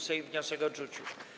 Sejm wniosek odrzucił.